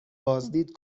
بازدید